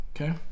okay